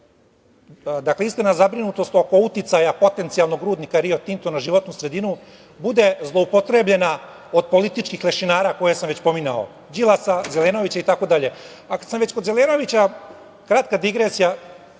dakle iskrena zabrinutost oko potencijalnog uticaja rudnika Rio Tinto na životnu sredinu, bude zloupotrebljena od političkih lešinara koje sam već pominjao, Đilasa, Zelenovića, itd. Kad sam već kod Zelenovića, kratka digresija.